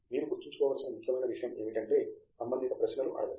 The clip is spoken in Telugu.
మీరు గుర్తుంచుకోవలసిన ముఖ్యమైన విషయం ఏమిటంటే సంబంధిత ప్రశ్నలు అడగడం